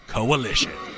Coalition